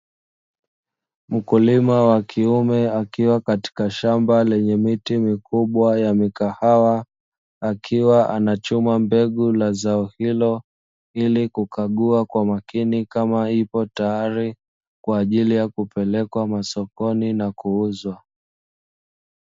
Mkulima wa kiume akiwa katika shamba lenye miti mikubwa ya mikahawa, akiwa anachuma mbegu la zao hilo ili kukagua kwa makini kama ipo tayari kwa ajili ya kupelekwa masokoni na kuuzwa.